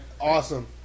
awesome